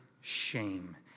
shame